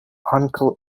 uncle